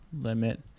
limit